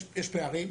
יש פערים.